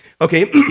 okay